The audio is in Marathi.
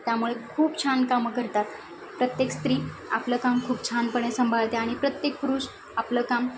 त्यामुळे खूप छान कामं करतात प्रत्येक स्त्री आपलं काम खूप छानपणे सांभाळते आणि प्रत्येक पुरुष आपलं काम